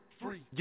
free